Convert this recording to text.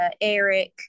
Eric